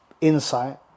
insight